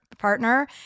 partner